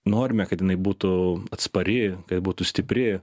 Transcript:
norime kad jinai būtų atspari kad būtų stipri